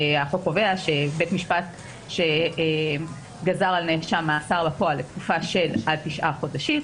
החוק קובע שבית משפט שגזר על נאשם מאסר בפועל לתקופה של עד תשעה חודשים,